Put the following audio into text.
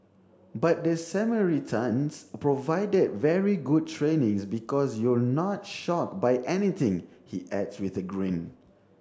but the Samaritans provided very good trainings because you're not shocked by anything he adds with a grin